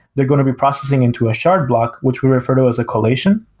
they're going to be processing into a shard block, which we refer to as a collation,